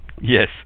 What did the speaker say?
yes